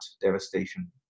devastation